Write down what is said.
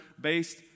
based